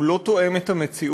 הוא לא תואם את המציאות,